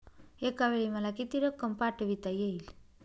एकावेळी मला किती रक्कम पाठविता येईल?